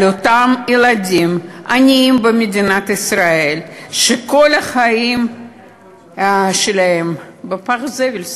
לאותם ילדים עניים במדינת ישראל שכל החיים שלהם בפח זבל,